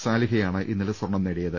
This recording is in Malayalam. സാലി ഹയാണ് ഇന്നലെ സ്വർണം നേടിയത്